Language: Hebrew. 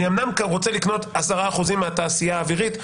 הוא אמנם רוצה לקנות 10% מהתעשייה האווירית,